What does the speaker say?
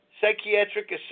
Psychiatric